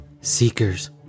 Seekers